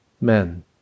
men